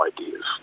ideas